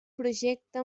projecte